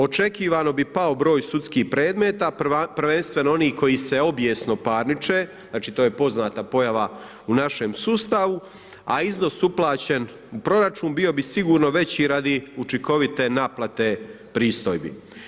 Očekivano bi pao broj sudskih predmeta prvenstveno onih koji se obijesno parniče znali to je poznata pojava u našem sustavu a iznos uplaćen u proračun bio bi sigurno veći radi učinkovite naplate pristojbi.